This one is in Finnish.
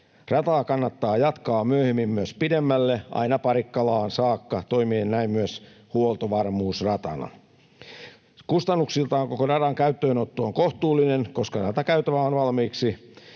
Rataa kannattaa jatkaa myöhemmin myös pidemmälle, aina Parikkalaan saakka sen toimien näin myös huoltovarmuusratana. Kustannuksiltaan koko radan käyttöönotto on kohtuullinen, koska ratakäytävä on valmiiksi